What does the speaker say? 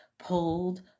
Pulled